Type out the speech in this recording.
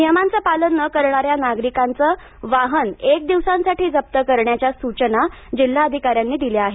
नियमांचं पालन न करणाऱ्या नागरिकांचं वाहन एक दिवसांसाठी जप्त करण्याच्या सुचना जिल्हाधिकाऱ्यांनी दिल्या आहेत